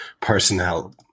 personnel